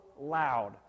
loud